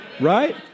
right